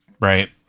right